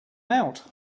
out